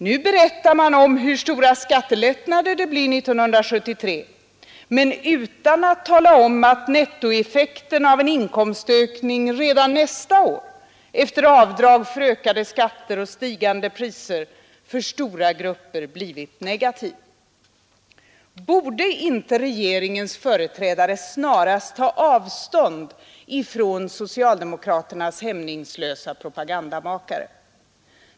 Nu berättar man om hur stora skattelättnader det blir 1973, men utan att tala om att nettoeffekten av en inkomstökning redan nästa år, efter avdrag för ökade skatter och stigande priser, för stora grupper blir negativ. Borde inte regeringens företrädare snarast ta avstånd från socialdemokraternas hämningslösa propagandamakare?